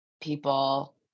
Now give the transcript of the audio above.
people